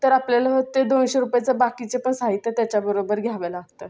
तर आपल्याला ते दोनशे रुपयाचं बाकीचं पण साहित्य त्याच्याबरोबर घ्यावं लागतं